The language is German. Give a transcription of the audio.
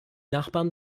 nachbarn